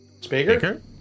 Speaker